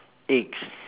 eggs